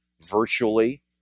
virtually